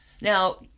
Now